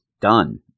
done